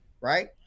Right